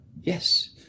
Yes